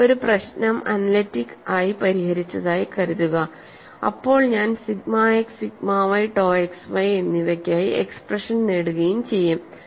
ഞാൻ ഒരു പ്രശ്നം അനാലിറ്റിക് ആയി പരിഹരിച്ചതായി കരുതുക അപ്പോൾ ഞാൻ sigma X sigma Y to X Y എന്നിവയ്ക്കായി എക്സ്പ്രഷൻ നേടുകയും ചെയ്യും